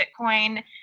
Bitcoin